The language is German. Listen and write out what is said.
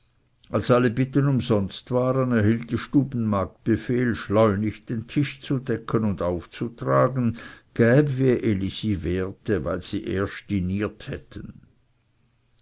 als alle bitten umsonst waren erhielt die stubenmagd befehl schleunig den tisch zu decken und aufzutragen gäb wie elisi wehrte weil sie erst dischiniert hätten